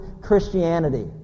Christianity